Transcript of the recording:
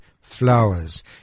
flowers